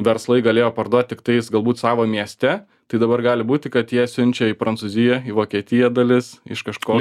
verslai galėjo parduot tiktais galbūt savo mieste tai dabar gali būti kad jie siunčia į prancūziją į vokietiją dalis iš kažko